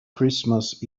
christmas